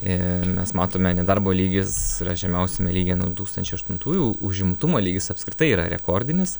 ir mes matome nedarbo lygis yra žemiausiame lygyje nuo du tūkstančiai aštuntųjų užimtumo lygis apskritai yra rekordinis